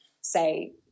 say